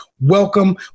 welcome